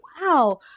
wow